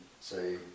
say